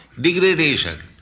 degradation